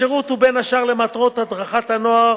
השירות הוא בין השאר למטרות הדרכת נוער